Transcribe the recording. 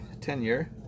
Tenure